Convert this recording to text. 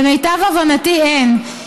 למיטב הבנתי אין.